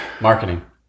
marketing